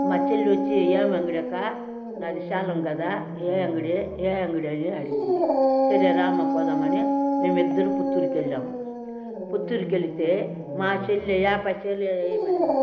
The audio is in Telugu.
మా చెల్లి వచ్చి ఏ అంగడి అక్క నాది సేలం కదా ఏ అంగడి ఏ అంగడి అని అడిగింది సరే రామ్మ పోదాం అని మేమిద్దరు పుత్తూరుకి ఎళ్ళాము పుత్తూరుకి వెళితే మా చెల్లి యాభైచీరలు వేయమనింది